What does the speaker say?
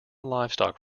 livestock